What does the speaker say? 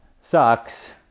sucks